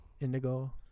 Indigo